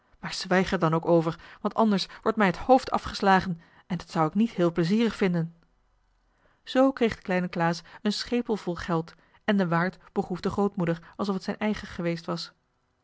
maar zwijg er dan ook over want anders wordt mij het hoofd afgeslagen en dat zou ik niet heel plezierig vinden zoo kreeg de kleine klaas een schepel vol geld en de waard begroef de grootmoeder alsof het zijn eigen geweest was